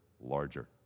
larger